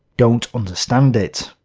don't understand it.